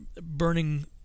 burning